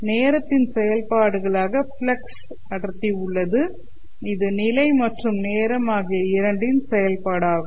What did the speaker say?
நேரத்தின் செயல்பாடுகளாக பிளக்ஸ் அடர்த்தி உள்ளது இது நிலை மற்றும் நேரம் ஆகிய இரண்டின் செயல்பாடாகும்